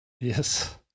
yes